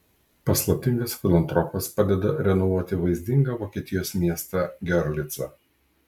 paslaptingas filantropas padeda renovuoti vaizdingą vokietijos miestą giorlicą